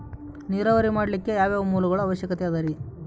ನೇರಾವರಿ ಮಾಡಲಿಕ್ಕೆ ಯಾವ್ಯಾವ ಮೂಲಗಳ ಅವಶ್ಯಕ ಅದರಿ?